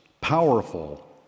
powerful